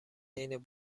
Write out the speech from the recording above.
حین